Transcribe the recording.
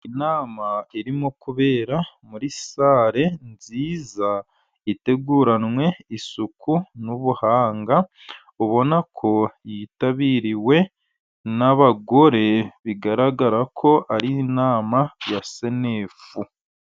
Inama irimo kubera muri sare nziza iteguranwe isuku n'ubuhanga, ubona ko yitabiriwe n'abagore bigaragara ko ari inama ya senefu.